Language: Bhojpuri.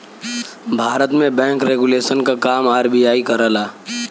भारत में बैंक रेगुलेशन क काम आर.बी.आई करला